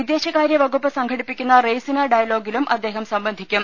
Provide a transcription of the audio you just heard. വിദേശകാര്യവകുപ്പ് സംഘടിപ്പിക്കുന്ന റെയ്സിനാ ഡയലോഗിലും അദ്ദേഹം സംബന്ധിക്കും